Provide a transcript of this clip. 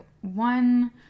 one